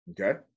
Okay